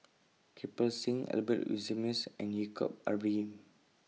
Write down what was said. Kirpal Singh Albert Winsemius and Yaacob Ibrahim